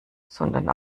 sondern